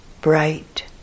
bright